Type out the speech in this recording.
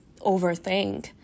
overthink